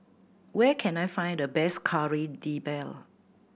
where can I find the best Kari Debal